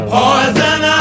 Poison